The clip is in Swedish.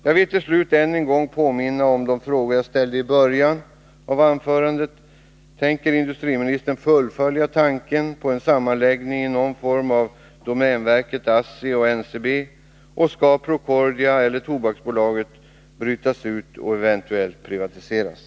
Jag vill till slut påminna om de frågor som jag ställde i början av anförandet: Tänker industriministern fullfölja tanken på en sammanläggning i någon form av domänverket, ASSI och NCB? Skall Procordia eller Tobaksbolaget brytas ut och eventuellt privatiseras?